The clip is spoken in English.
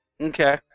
Okay